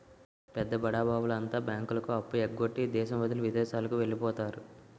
పెద్ద బడాబాబుల అంతా బ్యాంకులకు అప్పు ఎగ్గొట్టి దేశం వదిలి విదేశాలకు వెళ్లిపోతారు